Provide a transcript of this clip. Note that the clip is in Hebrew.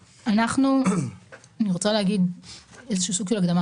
תשמע, אני צריך עצבי ברזל כדי לשבת פה.